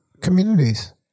communities